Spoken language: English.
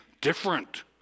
different